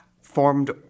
Formed